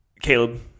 Caleb